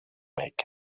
make